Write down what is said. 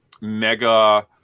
mega